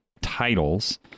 titles